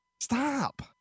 Stop